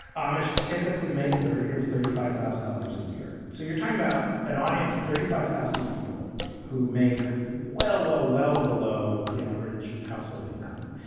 amish typically make thirty or thirty five thousand dollars a year. so you're talking about an audience of thirty five thousand people who make well, well, well below the average household income.